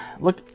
look